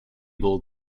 ball